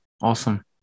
Awesome